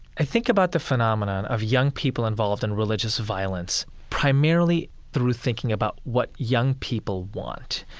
i think about the phenomenon of young people involved in religious violence primarily through thinking about what young people want.